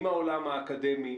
עם העולם האקדמי,